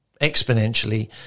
exponentially